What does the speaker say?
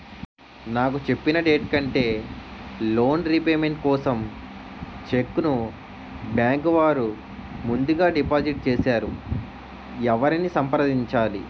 నాకు చెప్పిన డేట్ కంటే లోన్ రీపేమెంట్ కోసం చెక్ ను బ్యాంకు వారు ముందుగా డిపాజిట్ చేసారు ఎవరిని సంప్రదించాలి?